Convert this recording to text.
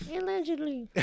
Allegedly